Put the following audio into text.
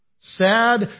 Sad